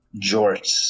Jorts